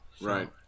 Right